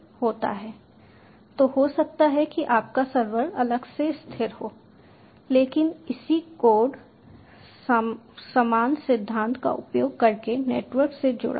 तो हो सकता है कि आपका सर्वर अलग से स्थित हो लेकिन इसी कोड समान सिद्धांत का उपयोग करके नेटवर्क से जुड़ा हो